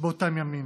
באותם ימים,